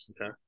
Okay